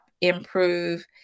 improve